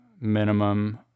minimum